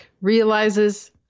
realizes